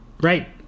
right